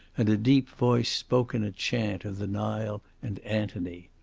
and a deep voice spoke in a chant of the nile and antony.